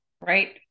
right